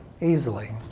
easily